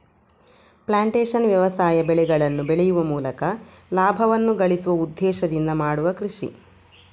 plantation ವ್ಯವಸಾಯ ಬೆಳೆಗಳನ್ನ ಬೆಳೆಯುವ ಮೂಲಕ ಲಾಭವನ್ನ ಗಳಿಸುವ ಉದ್ದೇಶದಿಂದ ಮಾಡುವ ಕೃಷಿ